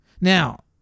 Now